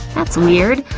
that's weird,